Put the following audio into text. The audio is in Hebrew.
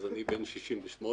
כך שאני בן 68,